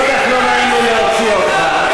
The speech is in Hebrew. כל כך לא נעים לי להוציא אותך,